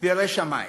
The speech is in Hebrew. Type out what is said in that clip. ירא שמים,